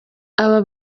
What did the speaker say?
aba